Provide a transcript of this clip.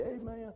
amen